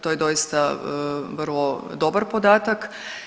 To je doista vrlo dobar podatak.